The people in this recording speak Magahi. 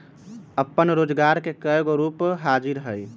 अप्पन रोजगार के कयगो रूप हाजिर हइ